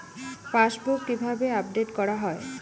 Passbook কিভাবে update করা হয়?